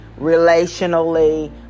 relationally